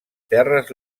terres